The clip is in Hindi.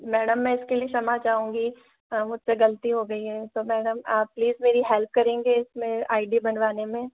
मैडम मैं इसके लिए क्षमा चाहूंगी मुझसे गलती हो गई है तो मैडम आप प्लीज़ मेरी हेल्प करेंगे इसमें आई डी बनवाने में